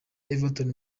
everton